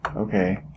Okay